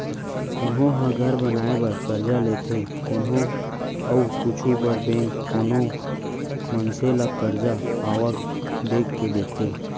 कोनो ह घर बनाए बर करजा लेथे कोनो अउ कुछु बर बेंक कोनो मनसे ल करजा आवक देख के देथे